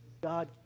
God